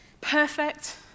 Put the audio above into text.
Perfect